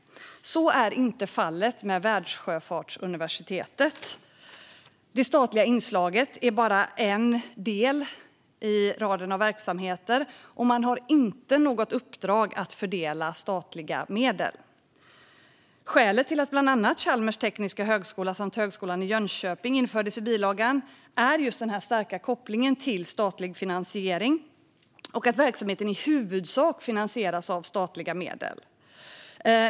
Så är inte fallet med Världssjöfartsuniversitetet. Det statliga inslaget är bara en del i raden av verksamheter, och man har inte något uppdrag att fördela statliga medel. Skälen till att bland annat Chalmers tekniska högskola och Högskolan i Jönköping infördes i bilagan är just den starka kopplingen till statlig finansiering och att verksamheterna i huvudsak finansieras av statliga medel.